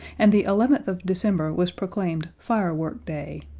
and the eleventh of december was proclaimed firework day.